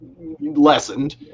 lessened